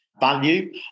value